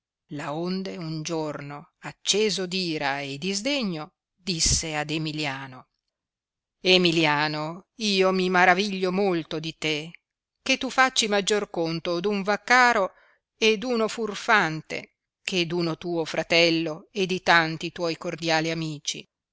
patire laonde un giorno acceso d ira e di sdegno disse ad emilliano emilliano io mi maraviglio molto di te che tu facci maggior conto d uno vaccaro e d uno furfante che d uno tuo fratello e di tanti tuoi cordiali amici